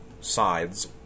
sides